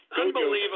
Unbelievable